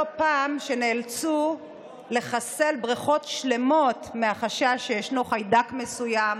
פעם שנאלצו לחסל בריכות שלמות מהחשש שישנו חיידק מסוים